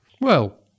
Well